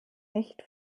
nicht